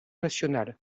national